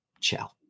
ciao